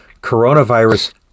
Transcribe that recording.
coronavirus